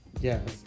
yes